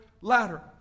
ladder